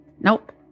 Nope